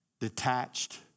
detached